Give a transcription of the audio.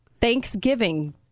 Thanksgiving